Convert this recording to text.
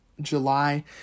July